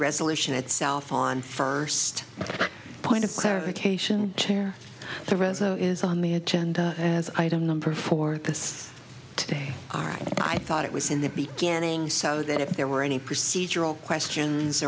resolution itself on first point of clarification chair the resume is on the agenda as item number four today all right i thought it was in the beginning so that if there were any procedural questions